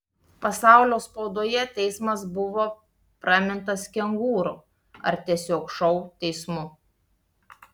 pasaulio spaudoje teismas buvo pramintas kengūrų ar tiesiog šou teismu